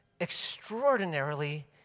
extraordinarily